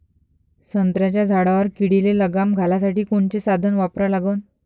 संत्र्याच्या झाडावर किडीले लगाम घालासाठी कोनचे साधनं वापरा लागन?